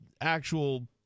actual